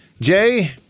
Jay